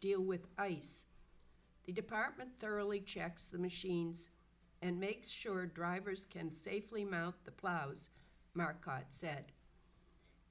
deal with the department thoroughly checks the machines and makes sure drivers can safely mouth the plows market said